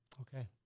Okay